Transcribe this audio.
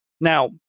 Now